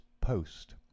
post